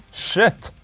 shit,